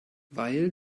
weil